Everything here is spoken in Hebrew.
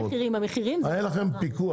אתם בודקים רק ניירת ואין לכם פיקוח.